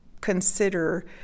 consider